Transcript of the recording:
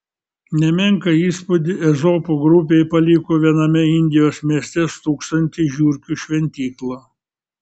nemenką įspūdį ezopo grupei paliko viename indijos mieste stūksanti žiurkių šventykla